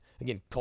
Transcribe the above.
Again